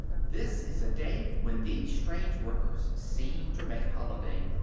this is a day when these strange workers seem to make holiday,